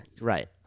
Right